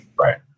Right